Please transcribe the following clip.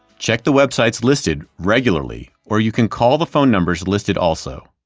check the websites listed regularly or you can call the phone numbers listed also.